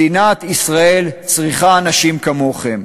מדינת ישראל צריכה אנשים כמוכם,